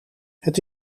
het